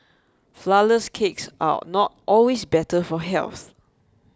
Flourless Cakes are not always better for health